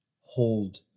Hold